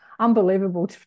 unbelievable